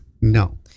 no